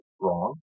wrong